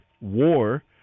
war